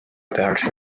tehakse